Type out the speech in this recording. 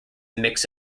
mix